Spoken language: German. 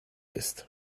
ist